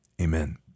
amen